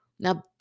Now